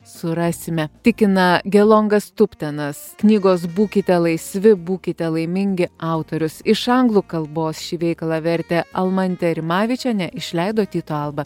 surasime tikina gelongas tuptenas knygos būkite laisvi būkite laimingi autorius iš anglų kalbos šį veikalą vertė almantė rimavičienė išleido tyto alba